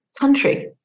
country